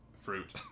fruit